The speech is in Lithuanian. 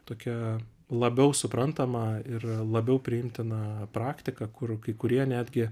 tokie labiau suprantama ir labiau priimtina praktika kur kai kurie netgi